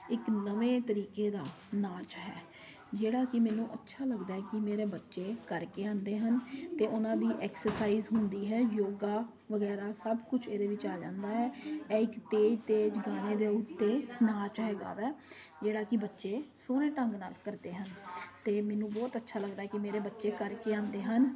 ਇੱਕ ਨਵੇਂ ਤਰੀਕੇ ਦਾ ਨਾਚ ਹੈ ਜਿਹੜਾ ਕਿ ਮੈਨੂੰ ਅੱਛਾ ਲੱਗਦਾ ਕਿ ਮੇਰੇ ਬੱਚੇ ਕਰਕੇ ਆਉਂਦੇ ਹਨ ਅਤੇ ਉਹਨਾਂ ਦੀ ਐਕਸਰਸਾਈਜ਼ ਹੁੰਦੀ ਹੈ ਯੋਗਾ ਵਗੈਰਾ ਸਭ ਕੁਝ ਇਹਦੇ ਵਿੱਚ ਆ ਜਾਂਦਾ ਹੈ ਇਹ ਇੱਕ ਤੇਜ਼ ਤੇਜ਼ ਗਾਣੇ ਦੇ ਉੱਤੇ ਨਾਚ ਹੈਗਾ ਵਾ ਜਿਹੜਾ ਕਿ ਬੱਚੇ ਸੋਹਣੇ ਢੰਗ ਨਾਲ ਕਰਦੇ ਹਨ ਅਤੇ ਮੈਨੂੰ ਬਹੁਤ ਅੱਛਾ ਲੱਗਦਾ ਕਿ ਮੇਰੇ ਬੱਚੇ ਕਰਕੇ ਆਉਂਦੇ ਹਨ